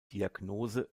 diagnose